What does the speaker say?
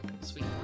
Sweet